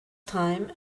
time